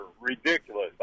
ridiculous